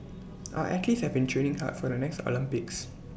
our athletes have been training hard for the next Olympics